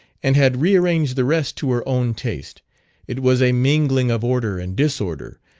and had rearranged the rest to her own taste it was a mingling of order and disorder,